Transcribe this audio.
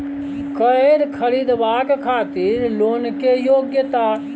कैर खरीदवाक खातिर लोन के योग्यता?